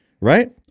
right